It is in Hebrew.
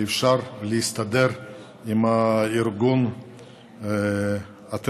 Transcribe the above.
שאפשר להסתדר עם ארגון הטרור.